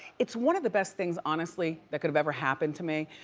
it's one of the best things, honestly, that could've ever happened to me.